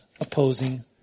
opposing